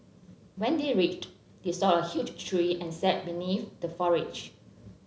when they reached they saw a huge tree and sat beneath the foliage